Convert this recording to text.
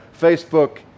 Facebook